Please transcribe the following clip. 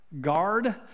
Guard